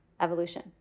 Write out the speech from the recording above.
evolution